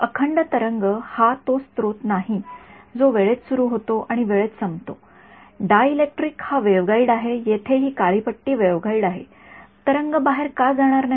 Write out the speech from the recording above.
अखंड तरंग हा तो स्रोत नाही जो वेळेत सुरु होतो आणि वेळेत संपतो डाइलेक्ट्रिक हा वेव्हगाईड आहे येथे हि काळी पट्टी वेव्हगाईड आहे तरंग बाहेर का जाणार नाही